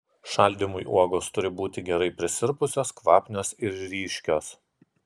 šaldymui uogos turi būti gerai prisirpusios kvapnios ir ryškios